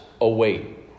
await